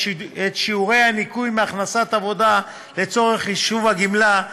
את שיעורי הניכוי מהכנסת עבודה לצורך חישוב הגמלה,